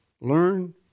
learn